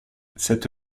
cette